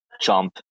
jump